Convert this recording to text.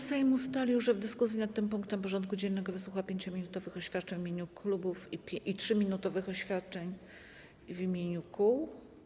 Sejm ustalił, że w dyskusji nad tym punktem porządku dziennego wysłucha 5-minutowych oświadczeń w imieniu klubów i 3-minutowych oświadczeń w imieniu kół.